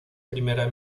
primera